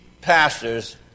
pastors